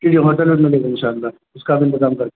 ٹھیک ہے ہوٹل بھی ملے گا ان شاء اللہ اس کا بھی انتظام کر